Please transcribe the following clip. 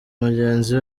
mugenzi